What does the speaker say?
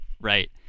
right